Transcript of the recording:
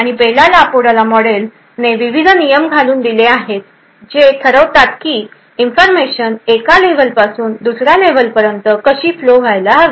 आणि Bell LaPadula model ने विविध नियम घालून दिलेले आहे जे ठरवतात की इन्फॉर्मेशन एका लेव्हल पासून दुसऱ्या लेव्हल पर्यंत कशी फ्लो व्हायला हवी